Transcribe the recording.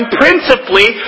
principally